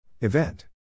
Event